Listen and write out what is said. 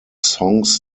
songs